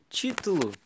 título